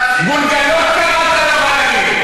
אתה יכול לצרוח כמה שאתה רוצה.